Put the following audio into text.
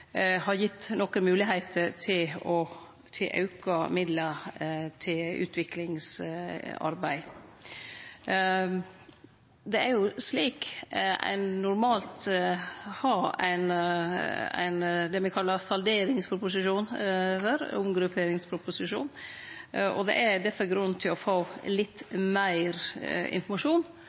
har gitt nokre moglegheiter til auka midlar til utviklingsarbeid. Det er jo slikt ein normalt har det ein kallar ein salderingsproposisjon eller omgrupperingsproposisjon for, og det er difor grunn til å få litt meir informasjon